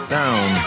down